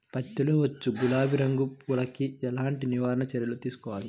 పత్తిలో వచ్చు గులాబీ రంగు పురుగుకి ఎలాంటి నివారణ చర్యలు తీసుకోవాలి?